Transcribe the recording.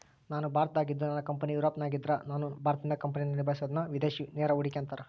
ನಾನು ಭಾರತದಾಗಿದ್ದು ನನ್ನ ಕಂಪನಿ ಯೂರೋಪ್ನಗಿದ್ದ್ರ ನಾನು ಭಾರತದಿಂದ ಕಂಪನಿಯನ್ನ ನಿಭಾಹಿಸಬೊದನ್ನ ವಿದೇಶಿ ನೇರ ಹೂಡಿಕೆ ಅಂತಾರ